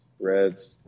reds